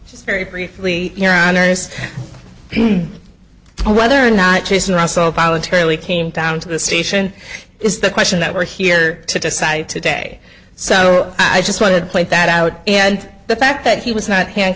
you just very briefly your honour's on whether or not jason russell voluntarily came down to the station is the question that we're here to decide today so i just want to point that out and the fact that he was not hand